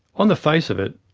on the face of it,